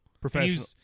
Professional